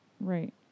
Right